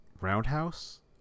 Roundhouse